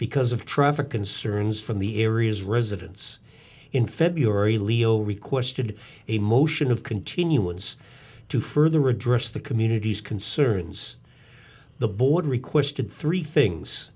because of traffic concerns from the area's residence in february leo requested a motion of continuance to further address the community's concerns the board requested three things